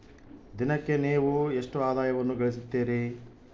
ದಿನಕ್ಕೆ ನೇವು ಎಷ್ಟು ಆದಾಯವನ್ನು ಗಳಿಸುತ್ತೇರಿ?